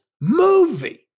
movie